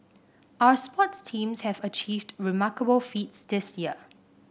our sports teams have achieved remarkable feats this year